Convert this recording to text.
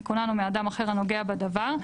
מכונן או מאדם אחר הנוגע בדבר".